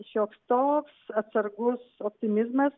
šioks toks atsargus optimizmas